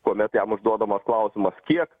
kuomet jam užduodamas klausimą kiek